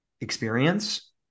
experience